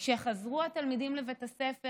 כשחזרו התלמידים לבית הספר,